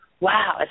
wow